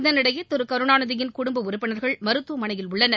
இதனிடையே திரு கருணாநிதியின் குடும்ப உறுப்பினர்கள் மருத்துவமனையில் உள்ளனர்